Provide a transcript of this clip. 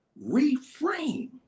reframe